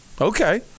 Okay